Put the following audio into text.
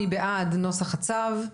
מי בעד נוסח הצו?